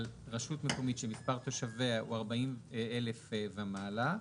רשות מקומית שמספר תושביה הוא 40,000 ומעלה,